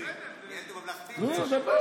לא יכול.